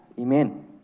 Amen